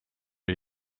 are